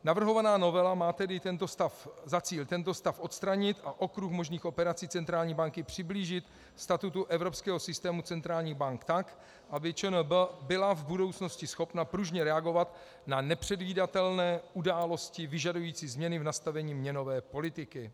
Navrhovaná novela má tedy za cíl tento stav odstranit a okruh možných operací centrální banky přiblížit statutu evropského systému centrálních bank tak, aby ČNB byla v budoucnosti schopna pružně reagovat na nepředvídatelné události vyžadující změny v nastavení měnové politiky.